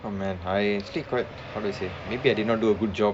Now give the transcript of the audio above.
oh man I actually quite how do I say maybe I did not do a good job